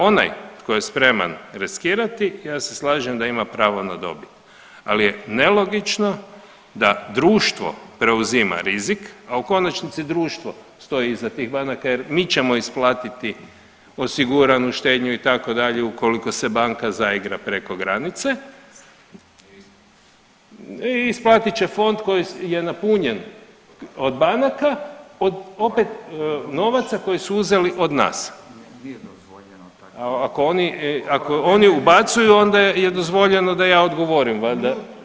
Onaj tko je spreman riskirati ja se slažem da ima pravo na dobit, al je nelogično da društvo preuzima rizik, a u konačnici društvo stoji iza tih banaka jer mi ćemo isplatiti osiguranu štednju itd. ukoliko se banka zaigra preko granice i isplatit će fond koji je napunjen od banaka od opet novaca koje su uzeli od nas. … [[Upadica iz klupe: Nije dozvoljeno takav… ne razumije se]] Ako oni, ako oni ubacuju onda je dozvoljeno da ja odgovorim valjda.